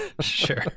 Sure